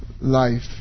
life